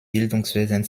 bildungswesen